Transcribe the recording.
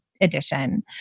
Edition